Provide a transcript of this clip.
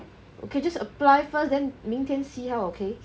okay just apply first then 明天 see how okay